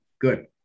good